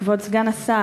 תודה רבה, כבוד סגן השר,